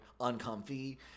uncomfy